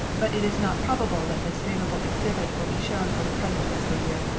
but it is not probable that this favorable exhibit will be shown for the present fiscal year.